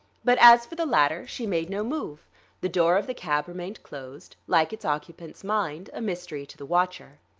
but as for the latter, she made no move the door of the cab remained closed like its occupant's mind, a mystery to the watcher.